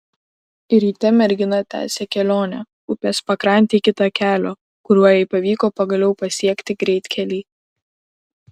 ryte mergina tęsė kelionę upės pakrante iki takelio kuriuo jai pavyko pagaliau pasiekti greitkelį